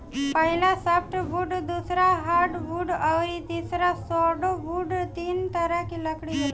पहिला सॉफ्टवुड दूसरा हार्डवुड अउरी तीसरा सुडोवूड तीन तरह के लकड़ी होला